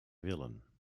willen